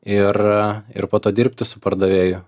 ir ir po to dirbti su pardavėju